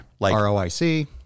ROIC